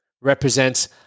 represents